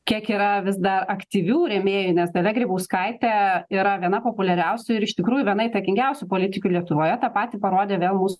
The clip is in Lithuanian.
kiek yra vis dar aktyvių rėmėjų nes dalia grybauskaitė yra viena populiariausių ir iš tikrųjų viena įtakingiausių politikių lietuvoje tą patį parodė vėl mūs